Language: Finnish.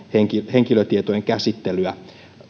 henkilötietojen käsittelyä